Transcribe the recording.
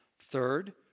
Third